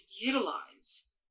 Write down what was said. utilize